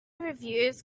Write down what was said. reviews